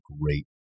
great